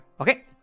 okay